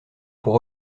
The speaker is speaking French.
pour